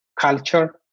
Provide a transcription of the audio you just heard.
culture